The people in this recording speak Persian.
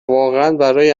برای